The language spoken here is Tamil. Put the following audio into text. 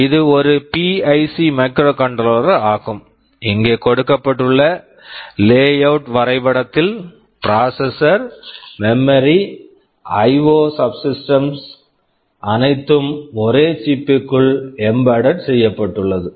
இது ஒரு பிஐசி PIC மைக்ரோகண்ட்ரோலர் microcontroller ஆகும் இங்கே கொடுக்கப்பட்டுள்ள லேஅவுட் layout வரைபடத்தில் processor processor memory memory IO IO subsystems subsystems கள் அனைத்தும் ஒரே சிப் chip க்குள் எம்பெடெட் embedded செய்யப்பட்டுள்ளது